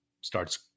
starts